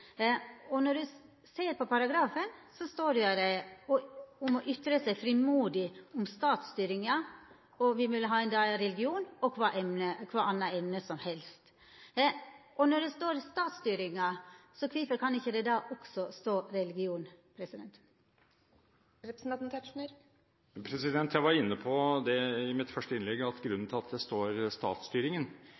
helst.» Når det står «statsstyringa», kvifor kan det ikkje også stå «religion»? Jeg var inne på det i mitt første innlegg, at grunnen til at det står statsstyringen,